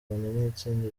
n’itsinda